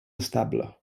estable